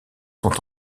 sont